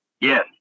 Yes